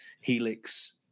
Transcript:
Helix